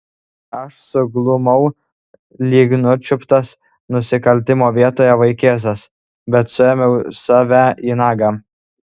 aš suglumau lyg nučiuptas nusikaltimo vietoje vaikėzas bet suėmiau save į nagą